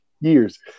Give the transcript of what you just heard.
years